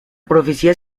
profecía